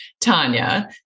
Tanya